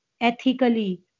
ethically